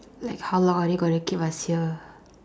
like how long are they gonna keep us here